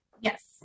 Yes